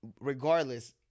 regardless